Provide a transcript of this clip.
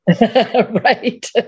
Right